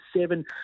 seven